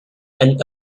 and